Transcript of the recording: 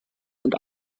und